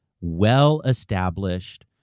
well-established